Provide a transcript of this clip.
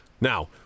Now